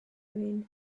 mean